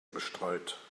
bestreut